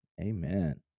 Amen